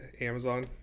Amazon